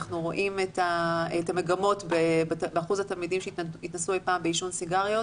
אנחנו רואים את המגמות באחוז התלמידים שהתנסו אי פעם בעישון סיגריות